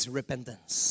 repentance